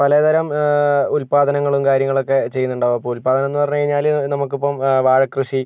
പല തരം ഉല്പാദനങ്ങളും കാര്യങ്ങളൊക്കെ ചെയ്യുന്നുണ്ടാവും അപ്പോൾ ഉല്പാദനം എന്ന് പറഞ്ഞ് കഴിഞ്ഞാല് നമക്കിപ്പം വാഴ കൃഷി